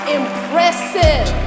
impressive